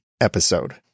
episode